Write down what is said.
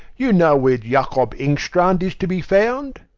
you know where jacob engstrand is to be found.